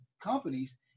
companies